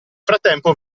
frattempo